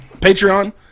Patreon